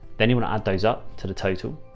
then you want to add those up to the total.